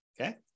Okay